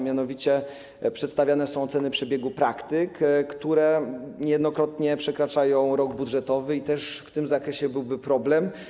Mianowicie przedstawiane są oceny przebiegu praktyk, które niejednokrotnie wykraczają poza rok budżetowy, i też w tym zakresie byłby problem.